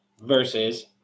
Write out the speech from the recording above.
versus